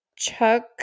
Chuck